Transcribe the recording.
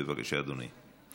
בבקשה, אדוני.